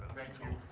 thank you.